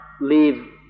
leave